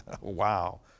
Wow